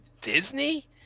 Disney